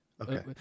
Okay